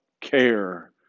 care